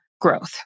growth